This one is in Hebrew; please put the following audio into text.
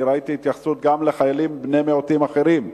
אני ראיתי התייחסות גם לחיילים בני מיעוטים אחרים,